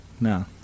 no